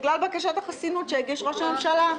בגלל בקשת החסינות שהגיש ראש הממשלה.